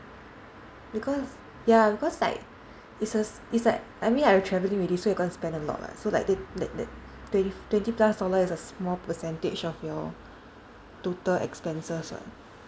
because ya because like it's a s~ it's like I mean I'm travelling already so you're going to spend a lot what so like that that that twen~ twenty plus dollar is a small percentage of your total expenses [what]